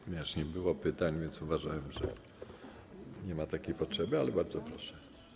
Ponieważ nie było pytań, uważałem, że nie ma takiej potrzeby, ale bardzo proszę.